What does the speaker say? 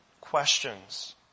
questions